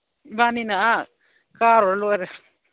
ꯏꯕꯥꯅꯤꯅ ꯑꯥ ꯀꯥꯔꯨꯔ ꯂꯣꯏꯔꯦ